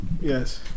Yes